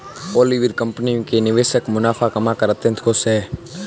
Oliver company के निवेशक मुनाफा कमाकर अत्यंत खुश हैं